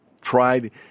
tried